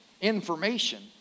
information